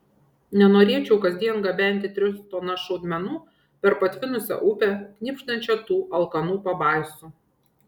nenorėčiau kasdien gabenti tris tonas šaudmenų per patvinusią upę knibždančią tų alkanų pabaisų